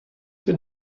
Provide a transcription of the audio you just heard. been